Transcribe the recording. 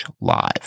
live